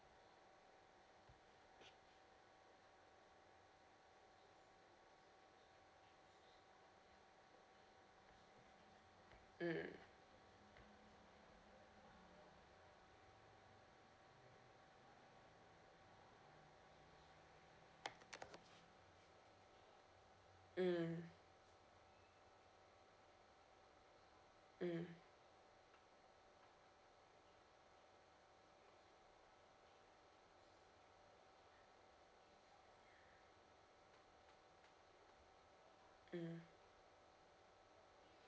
mm mm mm mm